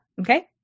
okay